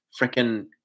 freaking